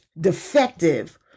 defective